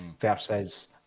versus